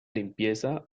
limpieza